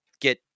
get